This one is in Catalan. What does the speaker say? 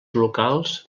locals